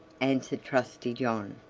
answered trusty john.